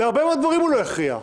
בהרבה מאוד דברים הוא לא הכריע.